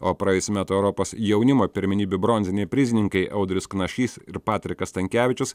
o praėjusių metų europos jaunimo pirmenybių bronziniai prizininkai audrius knašys ir patrikas stankevičius